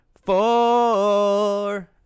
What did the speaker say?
four